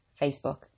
Facebook